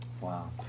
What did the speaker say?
Wow